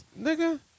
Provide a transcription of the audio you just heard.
Nigga